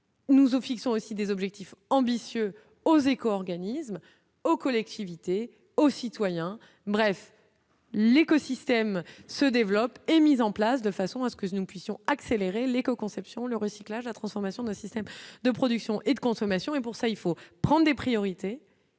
Nous au sont aussi des objectifs ambitieux aux éco-organisme aux collectivités, aux citoyens, bref l'écosystème se développe et mise en place de façon à ce que nous puissions accélérer l'éco-conception le recyclage, la transformation d'un système de production et de consommation, et pour cela, il faut prendre des priorités.